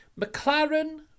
McLaren